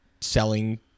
selling